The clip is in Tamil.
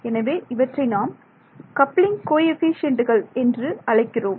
எனவே இவற்றை நாம் கப்ளிங் கோஎஃபீஷியேன்ட்டுகள் என்று அழைக்கிறோம்